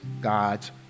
God's